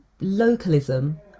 localism